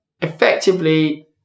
effectively